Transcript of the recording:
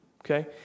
okay